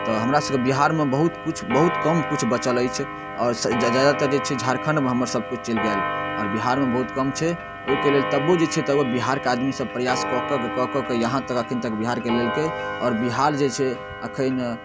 तऽ हमरा सबक बिहारमे बहुत किछु बहुत कम किछु बचल अछि आओर जादातर जे छै झारखण्डमे हमर सब किछु चलि गेल आओर बिहारमे बहुत कम छै ओहिके लेल तबो जे छै तबो बिहारके आदमी सब प्रयास कऽ कऽ के कऽ कऽ के इहाॅं तक अखन तक बिहारके लैलकै आओर बिहार जे अखन